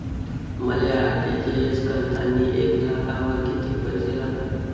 मले आर.टी.जी.एस करतांनी एक लाखावर कितीक पैसे लागन?